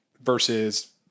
versus